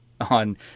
on